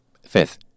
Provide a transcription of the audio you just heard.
Fifth